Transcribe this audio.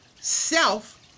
self